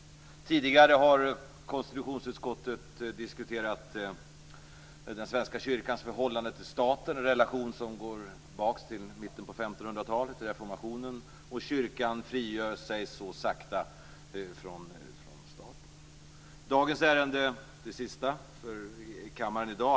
Tidigare har konstitutionsutskottet diskuterat den Svenska kyrkans förhållande till staten, en relation som går tillbaka till mitten av 1500-talet och reformationen. Kyrkan frigör sig så sakta från staten.